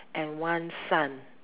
and one sun